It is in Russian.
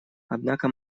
однако